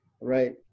Right